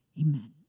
amen